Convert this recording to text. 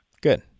Good